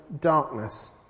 darkness